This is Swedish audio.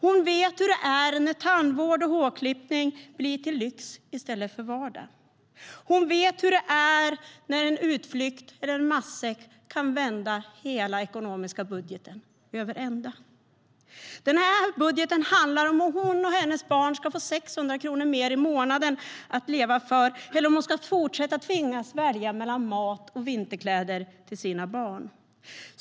Hon vet hur det är när tandvård och hårklippning blir till lyx i stället för vardag. Hon vet hur det är när en utflykt eller en matsäck kan välta hela den ekonomiska budgeten över ända. Den här budgeten handlar om ifall hon och hennes barn ska få 600 kronor mer i månaden att leva på eller om hon ska fortsätta tvingas välja mellan mat och vinterkläder till sina barn.